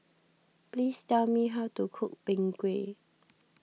please tell me how to cook Png Kueh